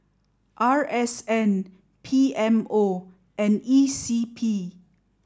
R S N P M O and E C P